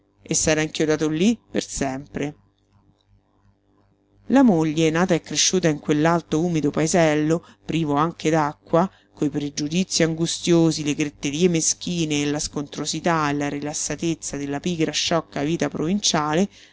e s'era inchiodato lí per sempre la moglie nata e cresciuta in quell'alto umido paesello privo anche d'acqua coi pregiudizii angustiosi le gretterie meschine e la scontrosità e la rilassatezza della pigra sciocca vita provinciale